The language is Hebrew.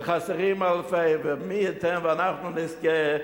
וחסרים אלפי, מי ייתן ואנחנו נזכה,